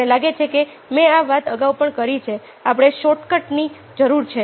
મને લાગે છે કે મેં આ વાત અગાઉ પણ કરી છે આપણને શોર્ટકટની જરૂર છે